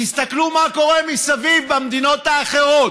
תסתכלו מה קורה מסביב במדינות אחרות.